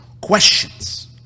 questions